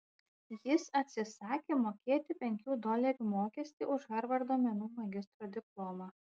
jis atsisakė mokėti penkių dolerių mokestį už harvardo menų magistro diplomą